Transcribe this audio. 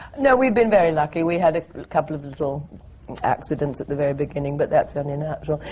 no, we've been very lucky. we had a couple of little accidents at the very beginning, but that's only natural.